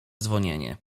dzwonienie